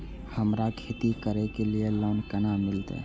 हमरा खेती करे के लिए लोन केना मिलते?